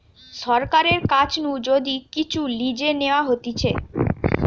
সরকারের কাছ নু যদি কিচু লিজে নেওয়া হতিছে